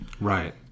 Right